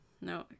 No